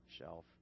shelf